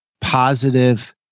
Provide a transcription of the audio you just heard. positive